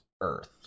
earth